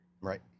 Right